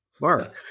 Mark